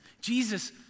Jesus